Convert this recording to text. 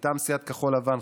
מטעם סיעת כחול לבן,